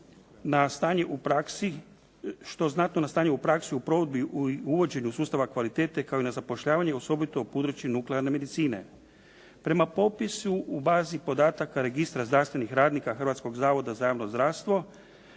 na stanje u praksi u provedbi i uvođenju sustava kvalitete, kao i na zapošljavanje osobito u području nuklearne medicine. Prema popisu u bazi podataka registra zdravstvenih radnika Hrvatskog zavoda za javno zdravstvo,